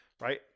Right